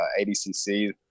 adcc